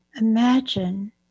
Imagine